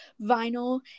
vinyl